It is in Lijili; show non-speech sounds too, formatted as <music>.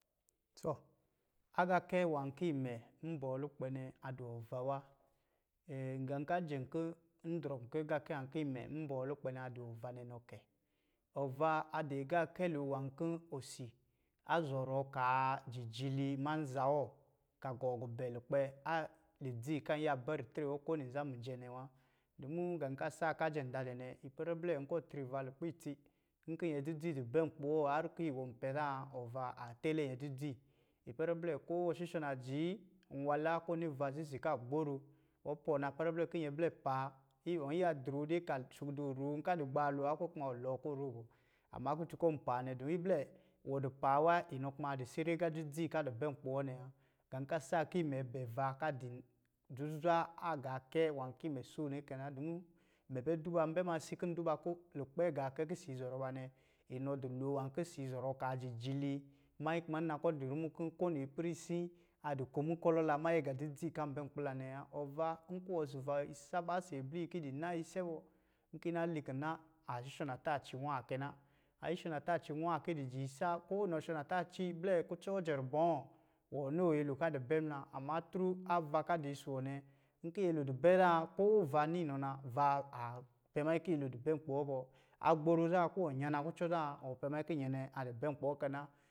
Tɔ, agaakɛ nwā ki imɛ mbɔɔ lukpɛ nɛ a du ɔva wa. <hesitation> gā ka jɛ kɔ̄ n drɔ nkɔ agaakɛ nwā mbɔɔ lukpɛ nɛ a du ɔva nɛ nɔ kɛ. Ɔvaa a di agaakɛ lo nwā kɔ̄ osi, a zɔrɔɔ kaa jijili manza wɔ ka gɔɔ gubɛ lukpɛ a lidzi kan iya bɛ ritre wɔ ko nizan mijɛ nɛ wa. Dumuu gā ka saa ka jɛm da dɛ nɛ, ipɛrɛ blɛ kɔ tri va lukpɛ itsi, nki nyɛ dzidzi di bɛ nkpi wɔ, harr ki wɔ pɛ zaa, ɔva a tɛlɛ nyɛ dzi-dzi, ipɛrɛ blɛ, ko ɔ shushɔ̄, najii, nwala ko ni va zizi ka gboro. Ɔ pɔɔ na ipɛrɛ blɛ ki nyɛ blɛ paa <unintelligible> ɔ iya dro dɛ ka shugudo roo, nka di gbaalɔ wa ko kuma wɔ iɔɔ ko roo bɔ. Amma kutu kɔ̄ paa nɛ, dɔmin iblɛ, wɔ di paa wa inɔ kuma di sɛrɛ agā dzidzi ka di bɛ nkpi wɔ nɛ wa. Gā ka sa ki mɛ bɛ va ka din zuzwa agaakɛ nwā ki mɛ soo nɛ kɛ na. Dumu, mɛ bɛ duba, mbɛ ma si kā duba kɔ̄ lukpɛ gaakɛ ki si zɔrɔ ba nɛ, inɔ di loo nwā ki si zɔrɔ kaa jijili manyi kuma nna kɔ̄ du rumu kɔ̄ ko niperisi, a di ko mukɔlɔ la manyi gā dzidzi kan bɛ nkpi la nɛ wa. Ɔva, nkɔ̄ wɔ si va isaba si abliyi, ki yi di nayi ise bɔ, nki yi na li kina, a shushɔ̄ nataaci nwakɛ na. A shushɔ̄ nataaci nwa, ki yi di jiizan, ko nɔ shɔ nataaci blɛ kucɔ wɔ jɛ rubɔ̄ɔ̄, wɔ noo nyɛlo ka di bɛ muna. Amma <unintelligible> ava ka di si wɔnɛ, nki nyɛlo di bɛ zan, ko va ni nɔ na, va a pɛ manyi ki nyɛlo di bɛ nkpi wɔ bɔ. A gboro zan, ki wɔ nyana kucɔ zan, wɔ pɛ manyi ki nyɛ nɛ a di pɛ nkpi wɔ kɛ na